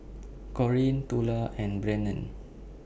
Corinne Tula and Brennen